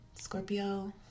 scorpio